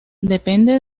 depende